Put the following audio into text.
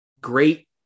great